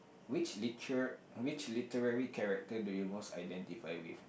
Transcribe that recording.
which liter~ literary character do you most identify with